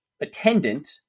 attendant